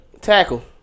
Tackle